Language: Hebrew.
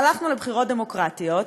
הלכנו לבחירות דמוקרטיות,